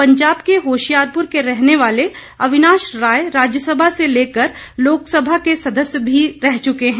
पंजाब के होशियारपुर के रहने वाले अविनाश राय राज्य सभा से लेकर लोकसभा के सदस्य भी रह चुके हैं